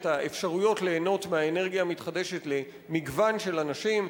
האפשרויות ליהנות מהאנרגיה המתחדשת למגוון של אנשים.